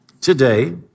today